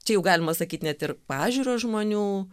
čia jau galima sakyt net ir pažiūros žmonių